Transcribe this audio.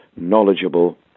knowledgeable